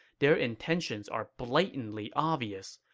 their intentions are blatantly obvious.